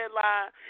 line